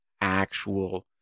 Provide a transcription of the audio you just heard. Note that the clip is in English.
actual